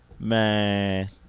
Man